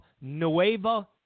Nueva